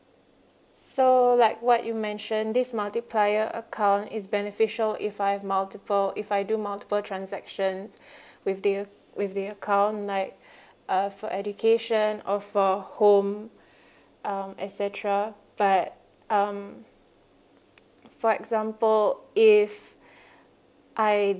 so like what you mentioned this multiplier account is beneficial if I have multiple if I do multiple transactions with the with the account like uh for education or for home um et cetera but um for example if I